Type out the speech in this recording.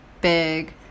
big